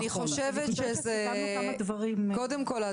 אני חושבת שקודם כל,